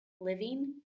living